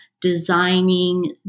designing